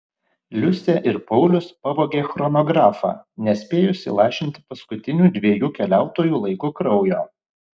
liusė ir paulius pavogė chronografą nespėjus įlašinti paskutinių dviejų keliautojų laiku kraujo